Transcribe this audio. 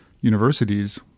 universities